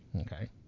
okay